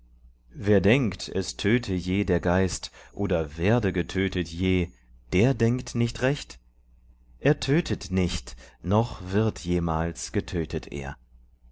wer denkt es töte je der geist oder werde getötet je der denkt nicht recht er tötet nicht noch wird jemals getötet er